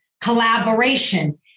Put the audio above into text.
collaboration